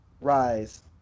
rise